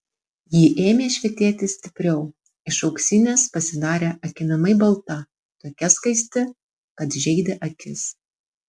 ji ėmė švytėti stipriau iš auksinės pasidarė akinamai balta tokia skaisti kad žeidė akis